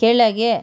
ಕೆಳಗೆ